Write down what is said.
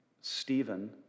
Stephen